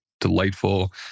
delightful